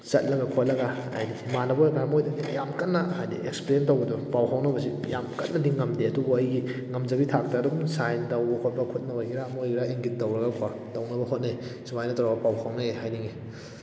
ꯆꯠꯂꯒ ꯈꯣꯠꯂꯒ ꯍꯥꯏꯕꯗꯤ ꯏꯃꯥꯟꯅꯕ ꯑꯣꯏꯔꯀꯥꯟ ꯃꯣꯏꯗꯗꯤ ꯌꯥꯝ ꯀꯟꯅ ꯍꯥꯏꯕꯗꯤ ꯑꯦꯛꯁꯄ꯭ꯂꯦꯟ ꯇꯧꯕꯗꯣ ꯄꯥꯎ ꯐꯥꯎꯕꯁꯤ ꯌꯥꯝ ꯀꯟꯅꯗꯤ ꯉꯝꯗꯦ ꯑꯗꯨꯕꯨ ꯑꯩꯒꯤ ꯉꯝꯖꯕꯤ ꯊꯥꯛꯇ ꯑꯗꯨꯝ ꯁꯥꯏꯟ ꯇꯧꯕ ꯈꯣꯠꯄ ꯈꯨꯠꯅ ꯑꯣꯏꯒꯦꯔꯥ ꯑꯃ ꯑꯣꯏꯒꯦꯔꯥ ꯏꯪꯒꯤꯠ ꯇꯧꯔꯒꯀꯣ ꯇꯧꯅꯕ ꯍꯣꯠꯅꯩ ꯁꯨꯃꯥꯏꯅ ꯇꯧꯔꯒ ꯄꯥꯎ ꯐꯥꯎꯅꯩ ꯍꯥꯏꯅꯤꯡꯉꯤ